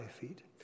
feet